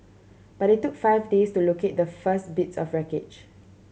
but it took five days to locate the first bits of wreckage